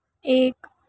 एक